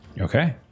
okay